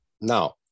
Now